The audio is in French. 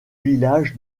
village